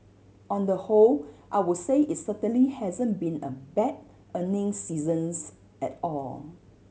on the whole I would say it's certainly hasn't been a bad earning seasons at all